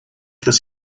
this